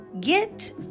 get